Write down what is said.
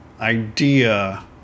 idea